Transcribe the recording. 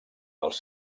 dels